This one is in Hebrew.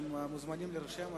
אתם מוזמנים להירשם.